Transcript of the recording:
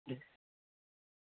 दे